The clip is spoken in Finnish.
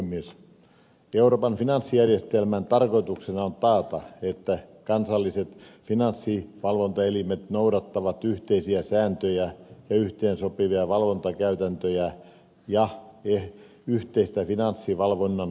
euroopan finanssijärjestelmän tarkoituksena on taata että kansalliset finanssivalvontaelimet noudattavat yhteisiä sääntöjä ja yhteensopivia valvontakäytäntöjä ja yhteistä finanssivalvonnan kulttuuria